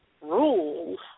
rules